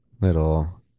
Little